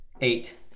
Eight